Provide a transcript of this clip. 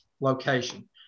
location